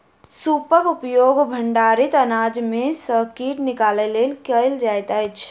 सूपक उपयोग भंडारित अनाज में सॅ कीट निकालय लेल कयल जाइत अछि